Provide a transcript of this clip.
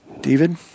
David